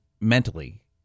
mentally